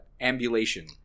ambulation